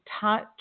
touch